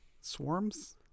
Swarms